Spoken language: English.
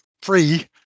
free